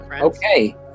Okay